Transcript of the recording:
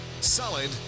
solid